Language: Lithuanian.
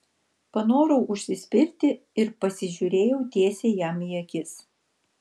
panorau užsispirti ir pasižiūrėjau tiesiai jam į akis